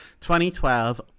2012